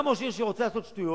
גם ראש עיר שרוצה לעשות שטויות,